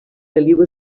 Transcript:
feliu